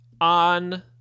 on